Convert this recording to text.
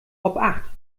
obacht